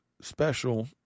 special